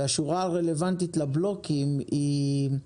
והשורה הרלוונטית לבלוקים היא: